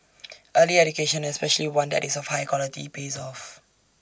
early education especially one that is of high quality pays off